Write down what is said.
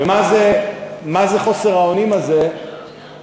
ומה זה חוסר האונים הזה וכמה